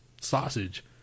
sausage